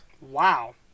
Wow